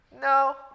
No